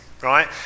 right